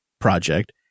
project